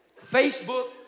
Facebook